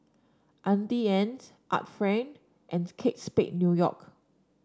Auntie Anne's Art Friend and Kate Spade New York